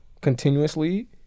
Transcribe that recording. continuously